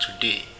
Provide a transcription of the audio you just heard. Today